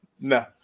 No